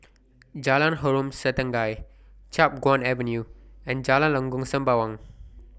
Jalan Harom Setangkai Chiap Guan Avenue and Jalan Lengkok Sembawang